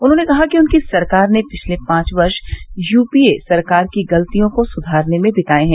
उन्होंने कहा कि उनकी सरकार ने पिछले पांच वर्ष यूपीए सरकार की गलतियों को सुधारने में बिताये हैं